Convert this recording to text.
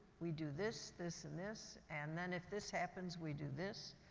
we do this, this, and this, and then if this happens, we do this,